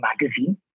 magazine